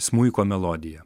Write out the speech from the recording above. smuiko melodija